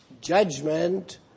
judgment